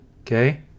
okay